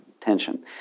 tension